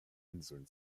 inseln